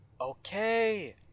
Okay